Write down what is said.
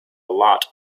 lot